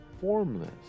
formless